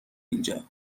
اینجا